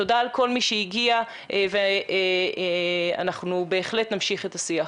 תודה לכל מי שהגיע ואנחנו בהחלט נמשיך את השיח.